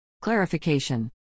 Clarification